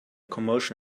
commotion